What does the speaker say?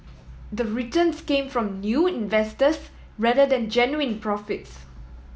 the returns came from new investors rather than genuine profits